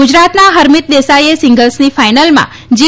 ગુજરાતના હરમીત દેસાઇએ સીંગલ્સની ફાઇનલમાં જી